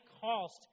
cost